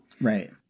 Right